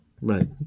Right